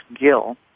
Gill